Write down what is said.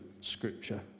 scripture